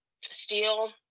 Steel